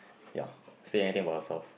ya say anything about yourself